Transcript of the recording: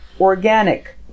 organic